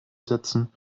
setzen